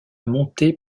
monter